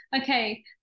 Okay